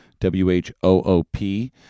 W-H-O-O-P